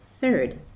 Third